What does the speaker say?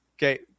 Okay